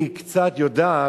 היא קצת יודעת,